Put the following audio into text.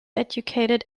educated